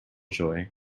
joy